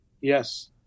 Yes